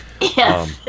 Yes